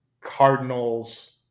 Cardinals